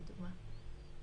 לדוגמה.